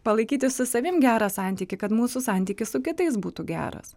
palaikyti su savim gerą santykį kad mūsų santykis su kitais būtų geras